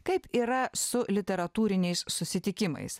kaip yra su literatūriniais susitikimais